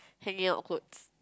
hanging out clothes